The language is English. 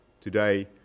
Today